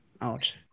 out